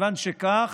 מכיוון שכך,